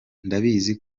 ndabizi